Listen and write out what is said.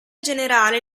generale